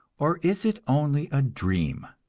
or is it only a dream?